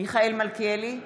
מיכאל מלכיאלי,